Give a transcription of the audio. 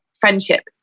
friendship